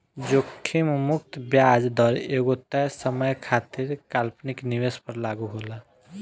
जोखिम मुक्त ब्याज दर एगो तय समय खातिर काल्पनिक निवेश पर लागू होला